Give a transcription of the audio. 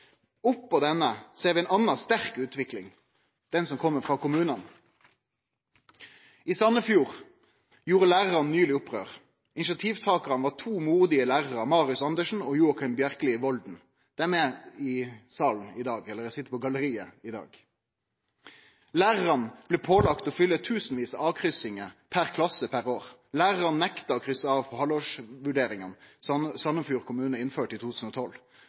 ser vi ei anna sterk utvikling, som kjem frå kommunane. I Sandefjord gjorde lærarane nyleg opprør. Initiativtakarane var to modig lærarar, Marius Andersen og Joakim Bjerkely Volden. Dei sit på galleriet i dag. Lærarane blei pålagte å fylle tusenvis av avkryssingar per klasse per år. Lærarane nekta å krysse av på halvårsvurderingane Sandefjord kommune innførte i 2012.